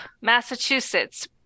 Massachusetts